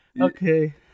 okay